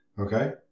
Okay